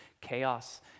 chaos